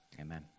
Amen